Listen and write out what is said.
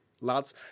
lads